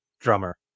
drummer